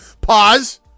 Pause